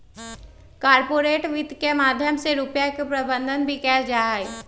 corporate वित्त के माध्यम से रुपिया के प्रबन्धन भी कइल जाहई